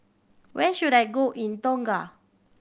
where should I go in Tonga